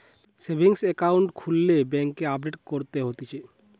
savings account বেংকে খুললে update করতে হতিছে